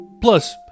Plus